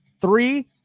three